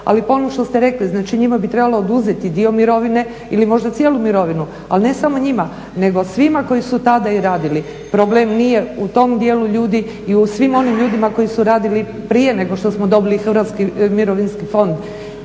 ali po onom što ste rekli, znači njima bi trebao oduzeti dio mirovine ili možda cijelu mirovinu ali ne samo njima nego svima koji su tada i radili, problem nije u tom djelu ljudi i svim onim ljudima koji su radili prije nego što smo dobili Hrvatski mirovinski fond.